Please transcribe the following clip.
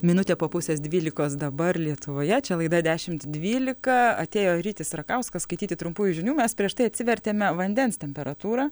minutė po pusės dvylikos dabar lietuvoje čia laida dešimt dvylika atėjo rytis rakauskas skaityti trumpųjų žinių mes prieš tai atsivertėme vandens temperatūrą